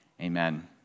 Amen